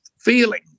feeling